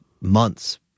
months